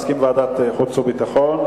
מסכים לוועדת חוץ וביטחון.